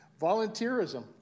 volunteerism